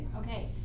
Okay